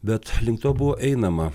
bet link to buvo einama